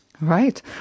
Right